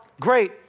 Great